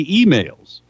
emails